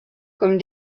comme